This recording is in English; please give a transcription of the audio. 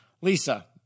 Lisa